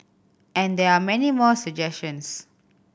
and there are many more suggestions